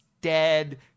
dead